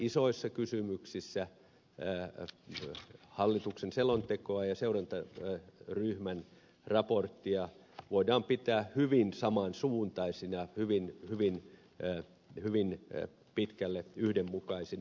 isoissa kysymyksissä hallituksen selontekoa ja seurantaryhmän raporttia voidaan pitää hyvin saman suuntaisina hyvin pitkälle yhdenmukaisina